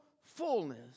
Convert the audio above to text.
fullness